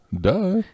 duh